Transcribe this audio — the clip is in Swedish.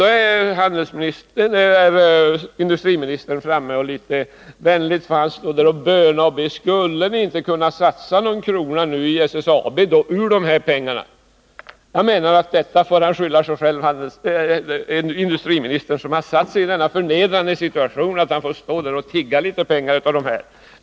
Då står industriministern där och bönar och ber om att de tidigare ägarna skall satsa någon krona av dessa pengar i SSAB. Men industriministern får skylla sig själv. Han har själv försatt sig i den förnedrande situationen att få stå där och tigga pengar av de forna ägarna.